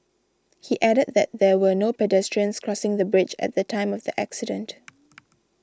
he added that there were no pedestrians crossing the bridge at the time of the accident